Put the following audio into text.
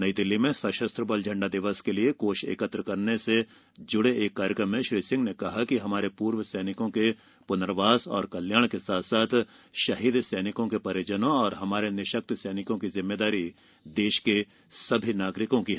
नई दिल्ली में सशस्त्र बल झंडा दिवस के लिए कोष एकत्र करने से जुड़े कार्यक्रम में श्री सिंह ने कहा कि हमारे पूर्व सैनिकों के पुनर्वास और कल्याण शहीद सैनिकों के परिजनों और हमारे निशक्त सैनिकों की जिम्मेदारी सभी नागरिकों की है